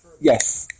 Yes